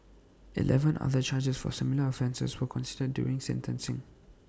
Eleven other charges for similar offences were considered during sentencing